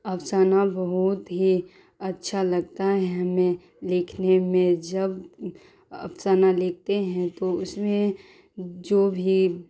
افسانہ بہت ہی اچھا لگتا ہے ہمیں لکھنے میں جب افسانہ لکھتے ہیں تو اس میں جو بھی